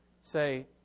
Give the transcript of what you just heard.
Say